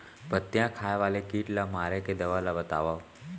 पत्तियां खाए वाले किट ला मारे के दवा ला बतावव?